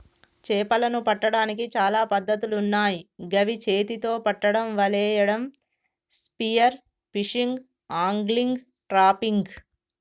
చేపలను పట్టడానికి చాలా పద్ధతులున్నాయ్ గవి చేతితొ పట్టడం, వలేయడం, స్పియర్ ఫిషింగ్, ఆంగ్లిగ్, ట్రాపింగ్